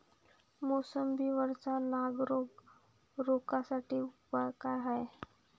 मोसंबी वरचा नाग रोग रोखा साठी उपाव का हाये?